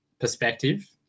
perspective